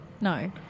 No